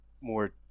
more